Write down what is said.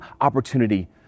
opportunity